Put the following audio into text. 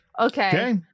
okay